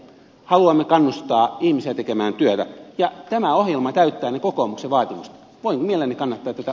haluamme kannustaa ihmisiä tekemään työtä ja tämä ohjelma täyttää ne kokoomuksen vaatimukset